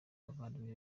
abavandimwe